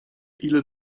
ile